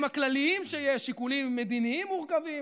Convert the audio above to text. הכלליים שיש שיקולים מדיניים מורכבים.